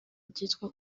byitwa